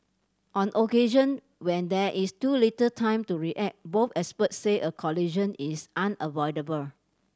on occasion when there is too little time to react both experts said a collision is unavoidable